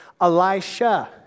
Elisha